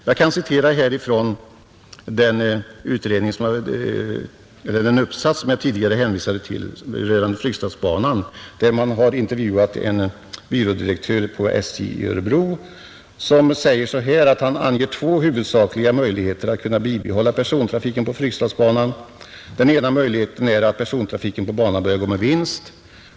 Jag kan citera ur den uppsats som jag tidigare hänvisade till rörande Fryksdalsbanan, där man intervjuat en byrådirektör vid SJ i Örebro som ”anger två huvudsakliga möjligheter att kunna bibehålla persontrafiken på Fryksdalsbanan: den ena möjligheten är att persontrafiken på banan börjar gå med vinst.